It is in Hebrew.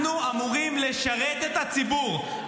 אנחנו אמורים לשרת את הציבור,